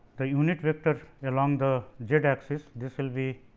the unit vector along the z axis this will be